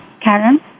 Karen